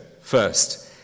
first